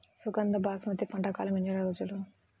సుగంధ బాస్మతి పంట కాలం ఎన్ని రోజులు?